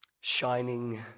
shining